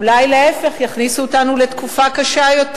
אולי להיפך, יכניסו אותנו לתקופה קשה יותר?